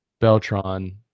Beltron